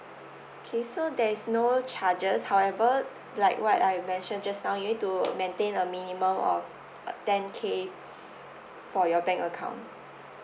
K so there is no charges however like what I mentioned just now you need to maintain a minimum of uh ten K for your bank account